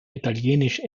italienisch